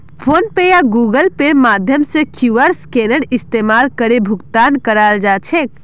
phone पे या Google पेर माध्यम से क्यूआर स्कैनेर इस्तमाल करे भुगतान कराल जा छेक